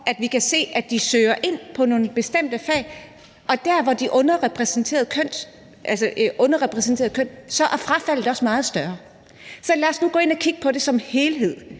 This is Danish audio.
vi kan se, at de søger ind på nogle bestemte fag, og der, hvor de er underrepræsenteret som køn, er deres frafald også meget større. Så lad os nu gå ind og kigge på det som helhed.